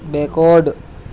backward